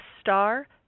star